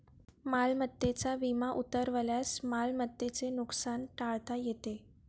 मालमत्तेचा विमा उतरवल्यास मालमत्तेचे नुकसान टाळता येते